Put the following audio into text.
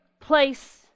place